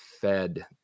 fed –